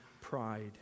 pride